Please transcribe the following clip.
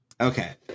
Okay